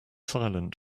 silent